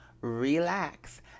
relax